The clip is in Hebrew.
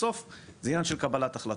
בסוף זה עניין של קבלת החלטות,